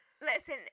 listen